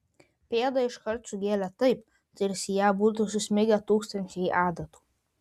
pėdą iškart sugėlė taip tarsi į ją būtų susmigę tūkstančiai adatų